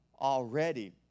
already